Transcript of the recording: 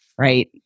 right